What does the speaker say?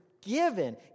given